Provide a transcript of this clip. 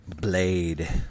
Blade